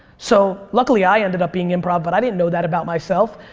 so luckily, i ended up being improv but i didn't know that about myself.